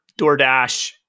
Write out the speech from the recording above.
DoorDash